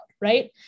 right